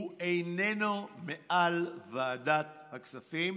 הוא איננו מעל ועדת הכספים,